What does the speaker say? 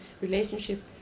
relationship